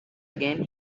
again